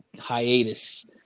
hiatus